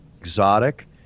exotic